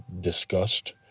discussed